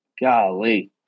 Golly